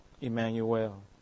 Emmanuel